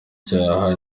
cyaha